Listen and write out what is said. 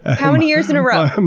ah how many years in a row?